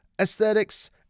aesthetics